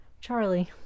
Charlie